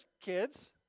kids